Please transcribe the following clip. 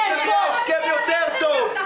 היית מביאה הסכם יותר טוב.